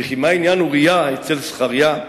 וכי מה עניין אוריה אצל זכריה?